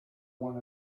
one